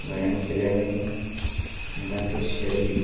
व्यायाम केल्याने मुलांचे शरीर